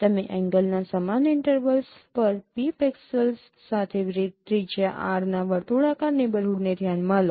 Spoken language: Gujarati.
તમે એંગલના સમાન ઇન્ટરવલ્સ પર P પિક્સેલ્સ સાથે ત્રિજ્યા R ના વર્તુળાકાર નેબરહૂડને ધ્યાનમાં લો